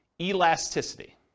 Elasticity